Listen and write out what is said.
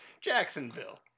Jacksonville